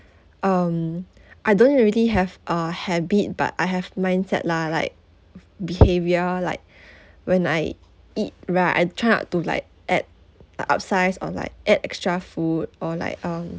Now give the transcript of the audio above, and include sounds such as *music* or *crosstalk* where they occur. um I don't really have uh habit but I have mindset lah like behavior like *breath* when I eat right I tried not to like add uh upsize or like add extra food or like um